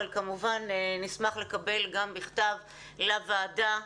אבל כמובן נשמח לקבל גם בכתב לוועדה.